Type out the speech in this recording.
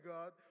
God